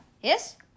Yes